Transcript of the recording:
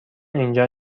اینجا